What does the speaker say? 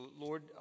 Lord